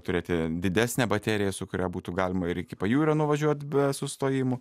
turėti didesnę bateriją su kuria būtų galima ir iki pajūrio nuvažiuot be sustojimo